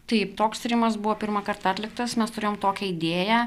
taip toks tyrimas buvo pirmąkart atliktas mes turėjom tokią idėją